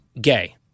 gay